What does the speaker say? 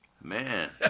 Man